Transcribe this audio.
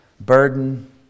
burden